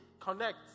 connect